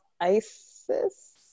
ISIS